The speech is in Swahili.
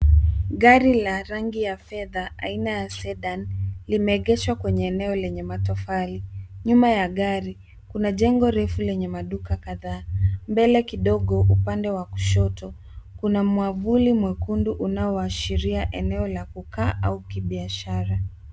Gari la rangi ya fedha aina ya sedan, limeegeshwa kwenye eneo lenye matofali. Nyuma ya gari kuna jengo refu lenye maduka kadhaa. Mbele kidogo upande wa kushoto kuna mwavuli mwekundu unaoashiria eneo la kukaa au kibiashara.